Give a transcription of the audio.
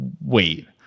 wait